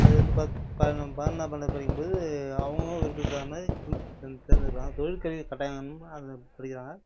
அது வந்து பதினொன்றாவது பன்னெண்டாவது படிக்கும்போது அவுங்கவங்க விருப்பத்துக்கு தகுந்த மாதிரி க்ரூப் வந்து தேர்ந்தெடுக்கிறாங்க தொழிற்கல்வி கட்டாயம் வந்து அதை படிக்கிறாங்க